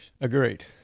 Agreed